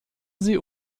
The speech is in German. sie